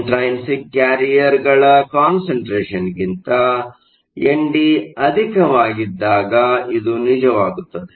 intrinsic carrier ಗಳ ಕಾನ್ಸಂಟ್ರೇಷನ್ಗಿಂತ N D ಅಧಿಕವಾಗಿದ್ದಾಗ ಇದು ನಿಜವಾಗುತ್ತದೆ